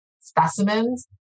specimens